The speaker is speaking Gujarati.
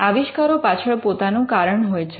આવિષ્કારો પાછળ પોતાનું કારણ હોય છે